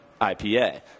IPA